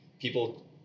people